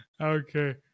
Okay